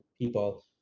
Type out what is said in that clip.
people